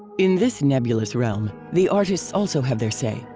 in this nebulous realm, the artists also have their say,